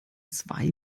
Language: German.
zwei